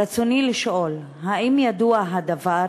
רצוני לשאול: 1. האם ידוע הדבר